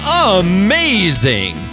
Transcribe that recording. amazing